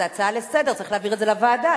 זה הצעה לסדר-היום, צריך להעביר את זה לוועדה.